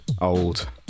old